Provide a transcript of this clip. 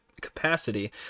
capacity